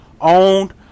owned